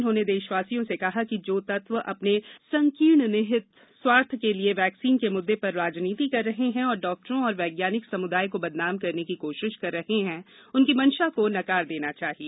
उन्होंने देशवासियों से कहा कि जो तत्व अपने संकीर्ण निहित स्वार्थों के लिए वैक्सीन के मुद्दे पर राजनीति कर रहे हैं और डॉक्टरों और वैज्ञानिक समुदाय को बदनाम करने की कोशिश कर रहे हैं उनकी मंशा को नकार देना चाहिये